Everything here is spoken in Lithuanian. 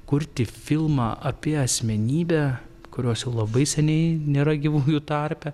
kurti filmą apie asmenybę kurios jau labai seniai nėra gyvųjų tarpe